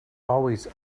always